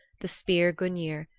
the spear gungnir,